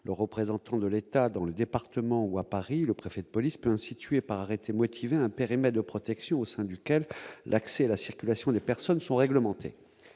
le représentant de l'État dans le département où à Paris, le préfet de police peut instituer par arrêté motivé un périmètre de protection au sein duquel l'accès et la circulation des personnes sont réglementés,